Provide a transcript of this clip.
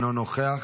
אינו נוכח,